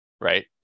right